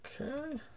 Okay